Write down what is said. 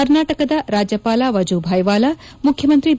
ಕರ್ನಾಟಕದ ರಾಜ್ಯಪಾಲ ವಜೂಭಾಯಿ ವಾಲಾ ಮುಖ್ಯಮಂತ್ರಿ ಬಿ